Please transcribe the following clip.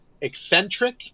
eccentric